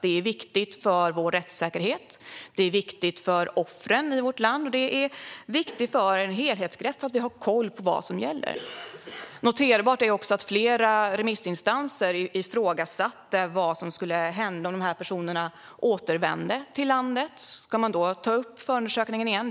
Det är viktigt för vår rättssäkerhet, det är viktigt för offren i vårt land, och det är viktigt för ett helhetsgrepp att vi har koll på vad som gäller. Noterbart är också att flera remissinstanser ifrågasatte vad som skulle hända om de här personerna återvänder till landet. Ska man då ta upp förundersökningen igen?